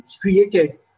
created